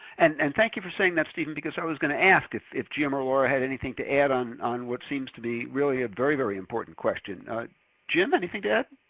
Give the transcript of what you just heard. and and thank you for saying that steven, because i was gonna ask if if jim or laura had anything to add on on what seems to be really a very, very important question jim, anything to add?